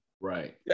Right